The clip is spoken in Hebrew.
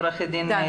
אתה